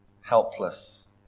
helpless